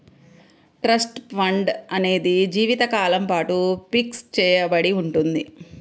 trust fund అనేది జీవితకాలం పాటు ఫిక్స్ చెయ్యబడి ఉంటుంది